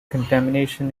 contamination